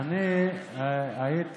אני אומר